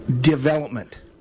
Development